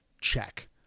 check